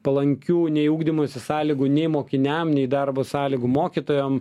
palankių nei ugdymosi sąlygų nei mokiniam nei darbo sąlygų mokytojam